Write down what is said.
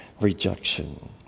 rejection